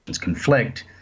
conflict